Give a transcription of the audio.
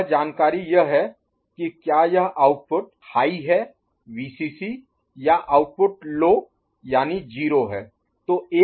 वह जानकारी यह है कि क्या यह आउटपुट हाई High अधिक है Vcc या आउटपुट लो Low कम यानि जीरो 0 है